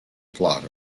plot